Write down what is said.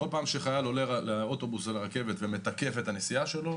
כל פעם שחייל עולה לאוטובוס או לרכבת ומתקף את הנסיעה שלו,